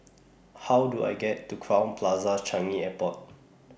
How Do I get to Crowne Plaza Changi Airport